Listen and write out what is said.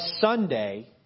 Sunday